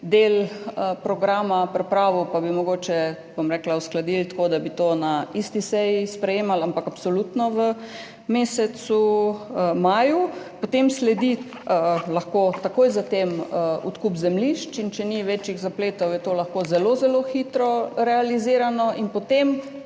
del programa pripravil pa bi mogoče, bom rekla, uskladili tako, da bi to na isti seji sprejemali, ampak absolutno v mesecu maju. Potem lahko takoj za tem sledi odkup zemljišč, in če ni večjih zapletov, je to lahko zelo zelo hitro realizirano in takoj